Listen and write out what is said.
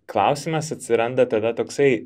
klausimas atsiranda tada toksai